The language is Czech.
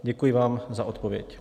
Děkuji vám za odpověď.